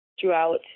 throughout